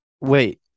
Wait